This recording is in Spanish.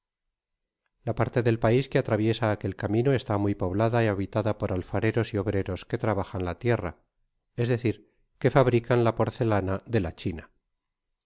la parte del pais que atraviesa aquel camino esta muy poblada y habitada por alfareros y obreros que trabajan la tierra es decir que fabrican la porcelona de la china